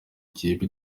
ikipe